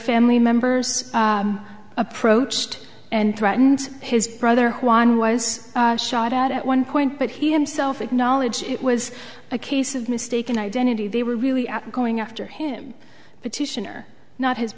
family members approached and threatened his brother juan was shot at at one point but he himself acknowledged it was a case of mistaken identity they were really at going after him petitioner not his